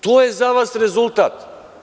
To je za vas rezultat.